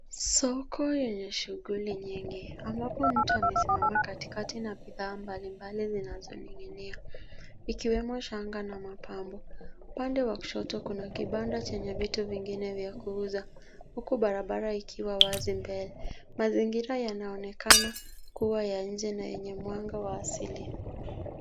Soko yenye shughuli nyingi ambapo mtu amesimama katikati na bidhaa mbalimbali zinazoning'inia zikiwemo shanga na mapambo. Upande wa kushoto kuna kibanda chenye vitu vingine vya kuuza huku barabara ikiwa wazi mbele. Mazingira yanaonekana kuwa ya nje na yenye mwanga wa asili.